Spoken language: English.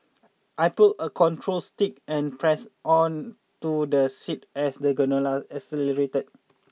I pulled a control stick and pressed onto the seat as the gondola accelerated